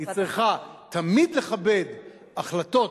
היא צריכה תמיד לכבד החלטות